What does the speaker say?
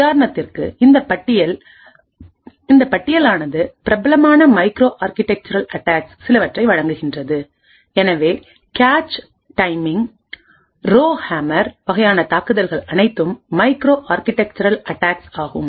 உதாரணத்திற்கு இந்த பட்டியல் ஆனது பிரபலமான மைக்ரோ ஆர்க்கிடெக்சுரல் அட்டாக்ஸ் சிலவற்றை வழங்குகிறது எனவே கேச் டைமிங்ரோ ஹேமர் வகையான தாக்குதல்கள் அனைத்தும் மைக்ரோ ஆர்க்கிடெக்சுரல் அட்டாக்ஸ் ஆகும்